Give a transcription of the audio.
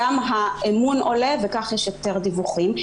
גם האמון עולה וכך יש יותר דיווחים.